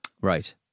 right